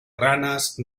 ranas